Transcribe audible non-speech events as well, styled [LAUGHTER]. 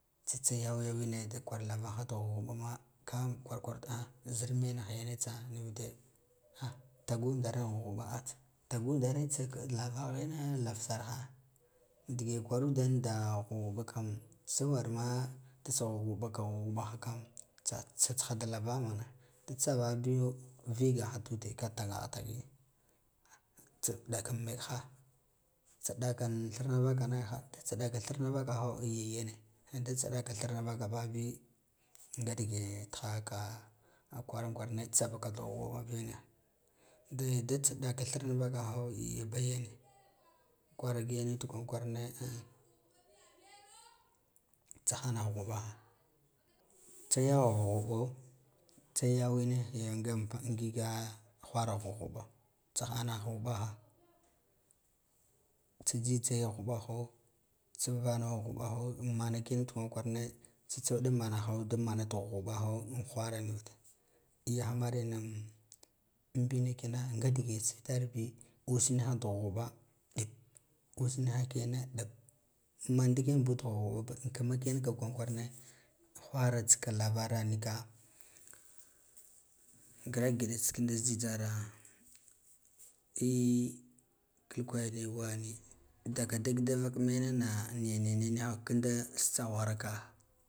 Tsita yaw yawine da uwar lavaha da ghuɓ ghuɓama ka in kwarkwarkad a zir menaha yene tsa nuvude a tagu ndarin ghuɓghuɓa tagu tsa ka lavaghine lavgarha dige kwara udan da ghub ghuba kam tsawar ma ɗa tsa ghub ghuba kam tsa, tsatsiha da lava mana da tsabaha biye uga ha du ude ka takaha takin tsa ɗukan masha tsa dakan thirna vaka na ghek ha tsa daka thirna vakaho [HESITATION] yanada tsa ɗaka thira vaka bahaɓi nga digeti hahaka kwaran kwarane a tsaba da ghub ghuɓabi niya de da tsa daka thirna vakaho gi ba yene kwarga ina da kwarane tsaha naha ghuɓaha tsa yauwa ghub ghuɓo tsan yawane ya nga ngiga wahra ghub ghubo tsa hanha ghuɓaha tsa y jhijha ya ghuɓaho tsan vaho ghubaho mana ki genvio kwaran kwarane tsitsa udan manahe dan mana da ghuɓghuɓah whara nuvud yahmar ina anɓina kina nga dige tsa itar bi us niha da ghub ghuba ɗip us niha ki gena ɗap am man ndiken bud ghuɓ ghaba bi an kima kiyan ka kwaran kwarane whara tsika lavara nika grak ngida tsi kinda za jhijhara vh kwelkwa wani daka dik da vak menana ya niya niga niha ri da za tsa ghwar ka.